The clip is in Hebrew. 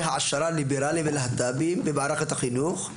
העשרה ליברליים ולהט"ביים במערכת החינוך,